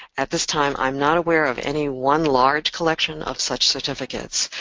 at this time, i'm not aware of any one large collection of such certificates.